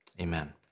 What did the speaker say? Amen